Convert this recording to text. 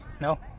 No